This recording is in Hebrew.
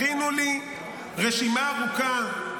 הכינו לי רשימה ארוכה,